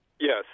Yes